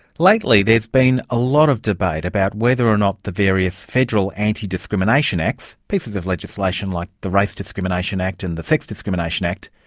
lately there has been a lot of debate about whether or not the various federal antidiscrimination acts, pieces of legislation like the race discrimination act and the sex discrimination act,